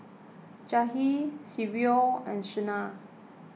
Jahir Silvio and Shena